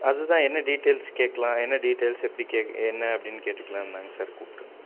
அது தான் என்ன டீடெயில்ஸ் கேட்கலாம் என்ன டீடெயில்ஸ் எப்படி கேட் என்ன அப்படின் கேட்டுக்கலாம் தாங்க சார் கூப்பிட்ருந்தேன்